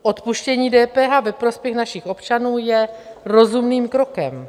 Odpuštění DPH ve prospěch našich občanů je rozumným krokem.